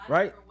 Right